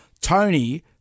Tony